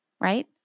Right